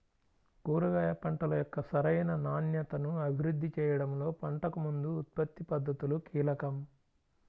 కూరగాయ పంటల యొక్క సరైన నాణ్యతను అభివృద్ధి చేయడంలో పంటకు ముందు ఉత్పత్తి పద్ధతులు కీలకం